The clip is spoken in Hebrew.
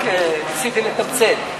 רק ניסיתי לתמצת,